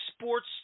Sports